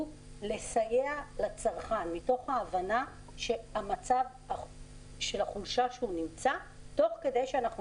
לסייע לצרכן מתוך הבנה לחולשה של מצבו תוך כדי שאנחנו